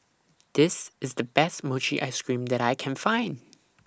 This IS The Best Mochi Ice Cream that I Can Find